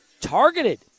targeted